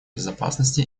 безопасности